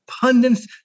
pundits